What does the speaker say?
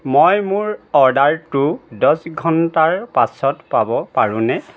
মই মোৰ অৰ্ডাৰটো দহ ঘণ্টাৰ পাছত পাব পাৰোঁনে